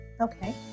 Okay